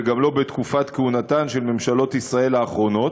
וגם לא בתקופת כהונתן של ממשלות ישראל האחרונות.